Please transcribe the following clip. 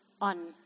on